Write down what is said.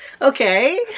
Okay